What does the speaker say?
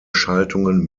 schaltungen